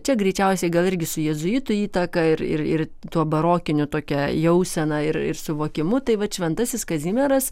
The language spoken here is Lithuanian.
čia greičiausiai gal irgi su jėzuitų įtaka ir ir ir tuo barokiniu tokia jausena ir ir suvokimu tai vat šventasis kazimieras